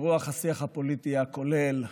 ברוח השיח הפוליטי הכולל,